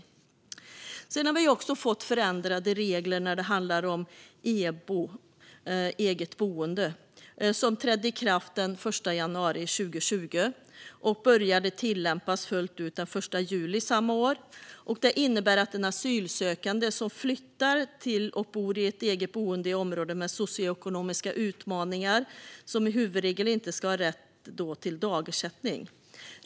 Vi har också fått förändrade regler när det handlar om EBO, eget boende. De nya reglerna trädde i kraft den 1 januari 2020 och började tillämpas fullt ut den 1 juli samma år. De innebär att en asylsökande som flyttar till och bor i eget boende i ett område med socioekonomiska utmaningar som huvudregel inte ska ha rätt till dagersättning.